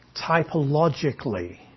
typologically